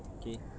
okay